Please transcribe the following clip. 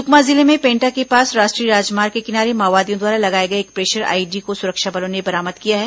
सुकमा जिले में पेन्टा के पास राष्ट्रीय राजमार्ग के किनारे माओवादियों द्वारा लगाए गए एक प्रेशर आईईडी को सुरक्षा बलों ने बरामद किया है